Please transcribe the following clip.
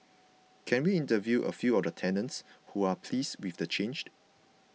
can we interview a few of the tenants who are pleased with the changed